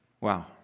Wow